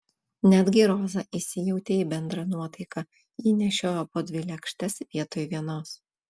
netgi roza įsijautė į bendrą nuotaiką ji nešiojo po dvi lėkštes vietoj vienos